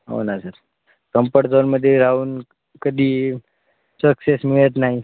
हो ना sir comfort जोनमध्ये राहून कधी सक्सेस मिळत नाही